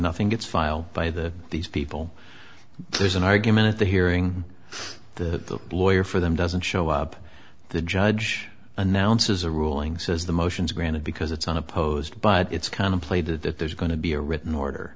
nothing gets filed by the these people there's an argument at the hearing the lawyer for them doesn't show up the judge announces a ruling says the motions granted because it's unopposed but it's kind of plated that there's going to be a written order